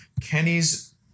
Kenny's